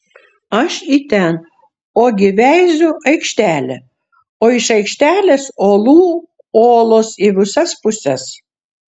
aš į ten ogi veiziu aikštelė o iš aikštelės olų olos į visas puses